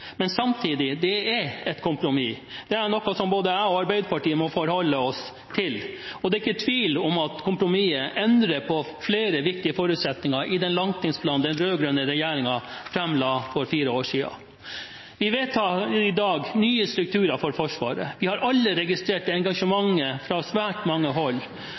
men samtidig: Det er et kompromiss. Det er noe som både jeg og Arbeiderpartiet må forholde oss til. Det er ikke tvil om at kompromisset endrer flere viktige forutsetninger i den langtidsplanen den rød-grønne regjeringen la fram for fire år siden. Vi vedtar i dag nye strukturer for Forsvaret. Vi har alle registrert engasjementet fra svært mange hold